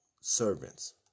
Servants